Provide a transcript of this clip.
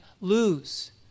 lose—